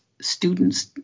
students